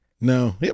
No